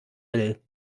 will